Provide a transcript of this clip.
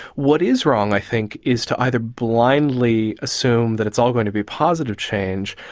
what is wrong, i think, is to either blindly assume that it's all going to be positive change,